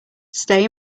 stay